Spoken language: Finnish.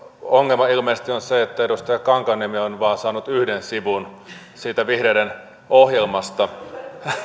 ongelma ilmeisesti on se että edustaja kankaanniemi on vain saanut yhden sivun siitä vihreiden ohjelmasta